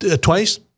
twice